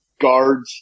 guards